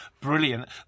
brilliant